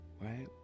Right